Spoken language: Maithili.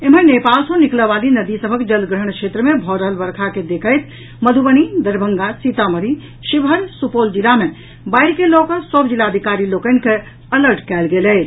एम्हर नेपाल सँ निकलऽवाली नदी सभक जलग्रहण क्षेत्र मे भऽ रहल वर्षा के देखैत मधुबनी दरभंगा सीतामढ़ी शिवहर सुपौल जिला मे बाढ़ि के लऽ कऽ सभ जिलाधिकारी लोकनि के अलर्ट कयल गेल अछि